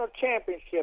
championship